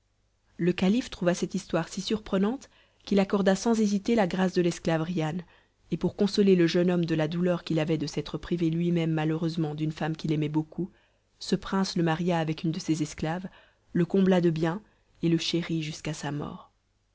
le calife trouva cette histoire si surprenante qu'il accorda sans hésiter la grâce de l'esclave rihan et pour consoler le jeune homme de la douleur qu'il avait de s'être privé lui-même malheureusement d'une femme qu'il aimait beaucoup ce prince le maria avec une de ses esclaves le combla de biens et le chérit jusqu'à sa mort